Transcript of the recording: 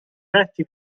letti